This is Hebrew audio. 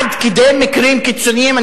עד כדי מקרים קיצוניים,